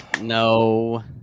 No